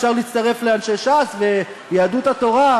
אפשר להצטרף לאנשי ש"ס ויהדות התורה.